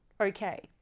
Okay